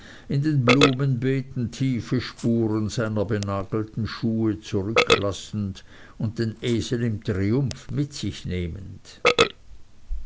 in den blumenbeeten tiefe spuren seiner benagelten schuhe zurücklassend und den esel im triumph mit sich nehmend